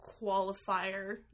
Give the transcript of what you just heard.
qualifier